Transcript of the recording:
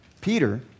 Peter